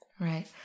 Right